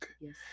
Yes